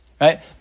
right